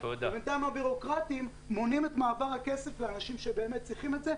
ובינתיים הבירוקרטיים מונעים את מעבר הכסף לאנשים שבאמת צריכים את זה,